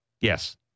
Yes